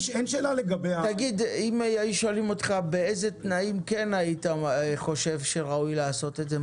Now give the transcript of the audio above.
אם היו שואלים אותך באיזה תנאים כן היית חושב שראוי לעשות את זה,